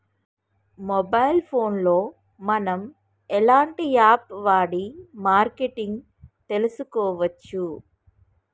Mobile phone లో మనం ఎలాంటి యాప్ వాడి మార్కెటింగ్ తెలుసుకోవచ్చు?